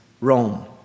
Rome